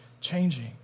changing